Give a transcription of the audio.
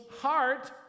heart